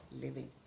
living